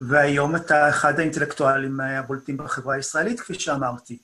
והיום אתה אחד האינטלקטואלים הבולטים בחברה הישראלית, כפי שאמרתי.